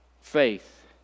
faith